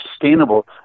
sustainable